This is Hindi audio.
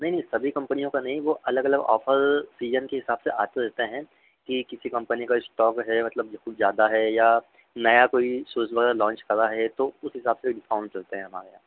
नहीं नहीं सभी कम्पनियों का नहीं वे अलग अलग ऑफ़र सीजन के हिसाब से आते रहते हैं कि किसी कम्पनी का इस्टॉक है मतलब कुछ ज़्यादा है या नया कोई सूज़ वग़ैरह लॉन्च करा है तो उस हिसाब से डिस्काउंट चलते हैं हमारे यहाँ